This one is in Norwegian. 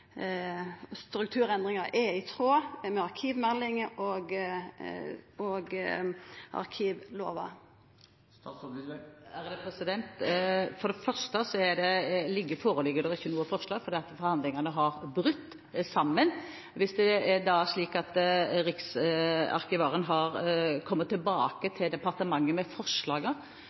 er i tråd med arkivmeldinga og arkivlova? For det første foreligger det ikke noe forslag, fordi forhandlingene har brutt sammen. Hvis det er slik at Riksarkivaren kommer tilbake